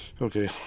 Okay